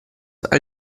all